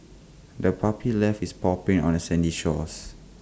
the puppy left its paw prints on the sandy shores